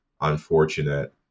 unfortunate